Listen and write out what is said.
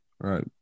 right